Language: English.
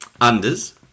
unders